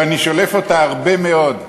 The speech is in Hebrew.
ואני שולף אותה הרבה מאוד,